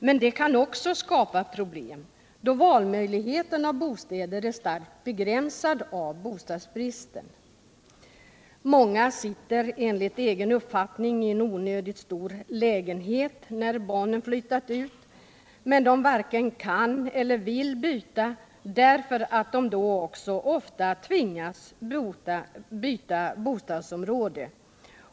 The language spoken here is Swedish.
Men det kan också skapa problem, då valmöjligheten för bostäder är starkt begränsad genom bostadsbristen. Många sitter enligt egen uppfattning i en onödigt stor lägenhet när barnen flyttat ut, men de varken kan eller vill byta därför att de då också tvingas byta bostadsområde.